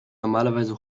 normalerweise